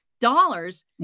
dollars